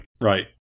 Right